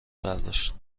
برداشت